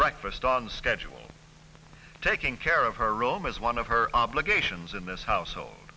breakfast on the schedule taking care of her room is one of her obligations in this household